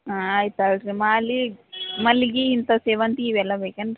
ಹಾಂ ಆಯ್ತು ತೊಗೊಳ್ರೀ ಮಾಲೆ ಮಲ್ಲಿಗೆ ಇಂಥವು ಸೇವಂತ್ಗೆ ಇವೆಲ್ಲ ಬೇಕೇನ್ರೀ